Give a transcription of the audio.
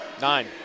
Nine